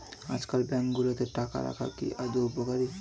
আজকাল ব্যাঙ্কগুলোতে টাকা রাখা কি আদৌ উপকারী?